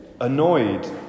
annoyed